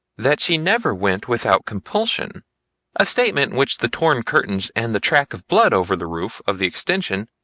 that she never went without compulsion a statement which the torn curtains and the track of blood over the roof of the extension,